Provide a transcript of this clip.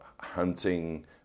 hunting